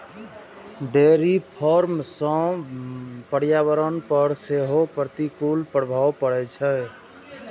dairy farm सं पर्यावरण पर सेहो प्रतिकूल प्रभाव पड़ै छै